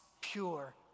pure